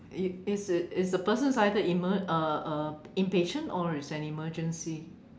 you is it is the person's either emer~ uh uh impatient or it's an emergency